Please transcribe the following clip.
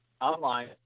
online